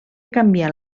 canviar